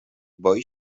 boi